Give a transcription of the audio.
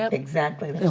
um exactly.